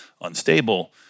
unstable